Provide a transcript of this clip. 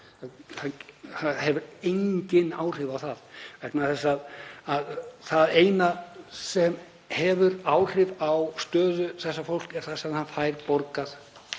Það hefur engin áhrif á það vegna þess að það eina sem hefur áhrif á stöðu þessa fólks er það sem það fær borgað